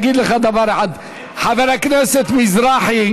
אגיד לך דבר אחד: חבר הכנסת מזרחי,